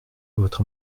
votre